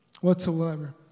Whatsoever